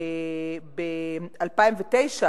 ב-2009